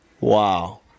Wow